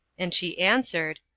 and she answered,